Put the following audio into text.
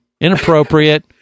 inappropriate